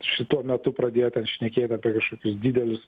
šituo metu pradėjo ten šnekėt apie kažkokius didelius